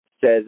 says